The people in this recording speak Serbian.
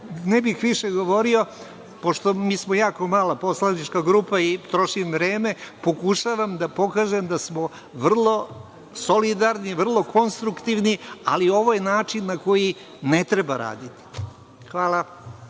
bih više govorio. Mi smo mnogo mala poslanička grupa i trošim vreme, pokušavam da pokažem da smo vrlo solidarni, vrlo konstruktivni, ali ovo je način na koji ne treba raditi. Hvala.